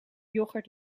yoghurt